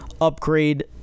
upgrade